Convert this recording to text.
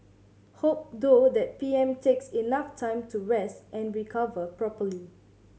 hope though that P M takes enough time to rest and recover properly